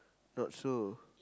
not so